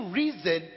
reason